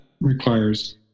requires